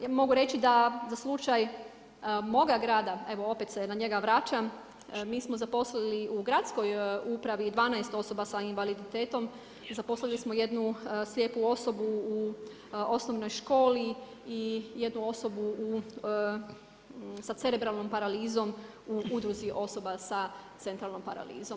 Jer mogu reći da za slučaj moga grada, evo opet se na njega vraćam, mi smo zaposlili u gradskoj upravi 12 osoba s invaliditetom, zaposlili smo jednu slijepu osobu u osnovnoj školi i jednu osobu u sa cerebralnom paralizom, u udruzi osoba sa centralnom paralizom.